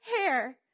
hair